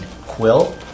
Quill